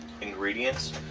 ingredients